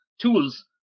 tools